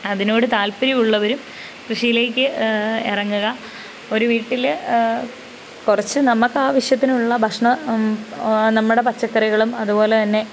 അതിനോട് താല്പര്യം ഉള്ളവരും കൃഷിയിലേക്ക് ഇറങ്ങുക ഒരു വീട്ടിൽ കുറച്ച് നമുക്ക് ആവശ്യത്തിനുള്ള ഭക്ഷണം നമ്മുടെ പച്ചക്കറികളും അതുപോലെ തന്നെ